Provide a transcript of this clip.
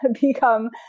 become